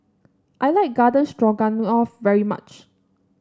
I like Garden Stroganoff very much